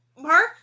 Mark